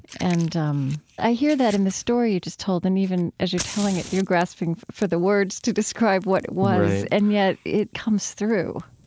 and um i hear that in the story you just told, and even as you're telling it, you're grasping for the words to describe what it was. and yet, it comes through.